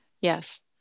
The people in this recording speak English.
Yes